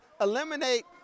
eliminate